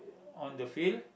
on the field